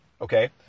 okay